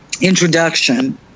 introduction